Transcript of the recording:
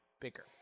bigger